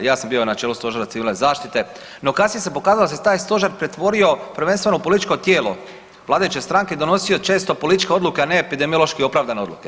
Ja sam bio na čelu Stožera civilne zaštite, no kasnije se pokazalo da se taj Stožer pretvorio prvenstveno u političko tijelo vladajuće stranke, donosio često političke odluke a ne epidemiološki opravdane odluke.